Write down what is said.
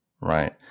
Right